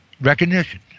recognition